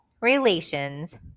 relations